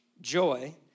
joy